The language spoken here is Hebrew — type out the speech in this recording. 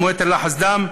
כמו יתר לחץ דם,